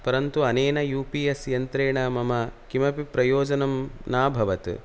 परन्तु अनेन U P S यन्तेण मम किमपि प्रयोजनं नाभवत्